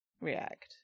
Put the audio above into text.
react